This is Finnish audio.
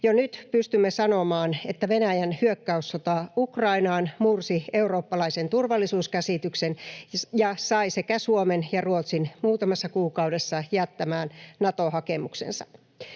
jo nyt pystymme sanomaan, että Venäjän hyökkäyssota Ukrainaan mursi eurooppalaisen turvallisuuskäsityksen ja sai sekä Suomen että Ruotsin muutamassa kuukaudessa jättämään Nato-hakemuksensa.